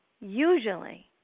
usually